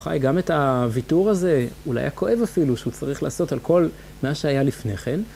הוא חי גם את הוויתור הזה, אולי הכואב אפילו, שהוא צריך לעשות על כל מה שהיה לפני כן.